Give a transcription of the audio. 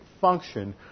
function